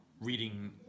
reading